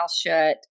shut